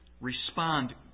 respond